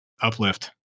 uplift